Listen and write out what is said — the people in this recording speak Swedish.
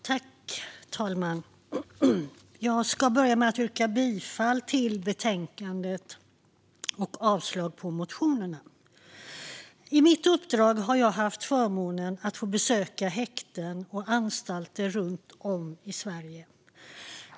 Fru talman! Jag börjar med att yrka bifall till förslaget och avslag på motionerna. I mitt uppdrag har jag haft förmånen att besöka häkten och anstalter runt om i Sverige.